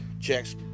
checks